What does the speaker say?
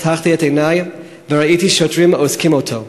פתחתי את עיני וראיתי שוטרים אוזקים אותו.